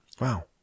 Wow